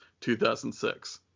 2006